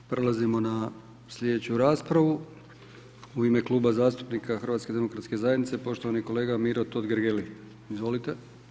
Prelazimo na slijedeću raspravu, u ime Kluba zastupnika HDZ-a poštovani kolega Miro Totgergeli, izvolite.